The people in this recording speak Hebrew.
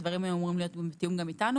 הדברים היו אמורים להיות מתואמים גם איתנו